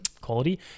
quality